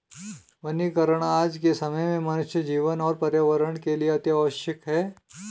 वनीकरण आज के समय में मनुष्य जीवन और पर्यावरण के लिए अतिआवश्यक है